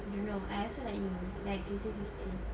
don't know I also like you like fifty fifty